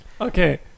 Okay